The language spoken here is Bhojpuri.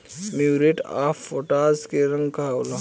म्यूरेट ऑफ पोटाश के रंग का होला?